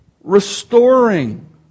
Restoring